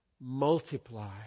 multiply